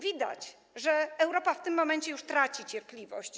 Widać, że Europa w tym momencie już traci cierpliwość.